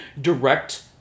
direct